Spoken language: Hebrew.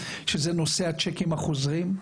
על נושא הצ'קים החוזרים.